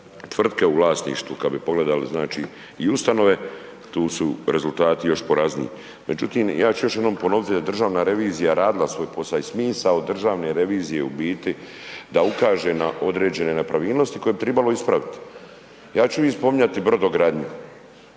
tvrtke u vlasništvu, kad bi pogledali i ustanove, tu su rezultati još porazniji. Međutim, ja ću još jednom ponoviti da je državna revizija radila svoj posao i smisao državne revizije je u biti da ukaže na određene nepravilnosti koje bi trebalo ispraviti. Ja ću ovdje spomenuti brodogradnju.